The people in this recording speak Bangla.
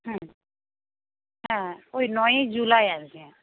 হুম হুম ওই নয়ই জুলাই আর কি